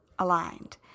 Aligned